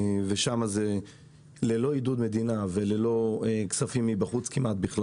ושם זה ללא עידוד מדינה וכמעט ללא כספים מבחוץ.